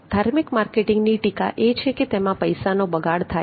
ધાર્મિક માર્કેટિંગની ટીકા એ છે કે તેમાં પૈસાનો બગાડ થાય છે